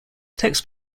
text